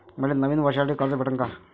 मले नवीन वर्षासाठी कर्ज भेटन का?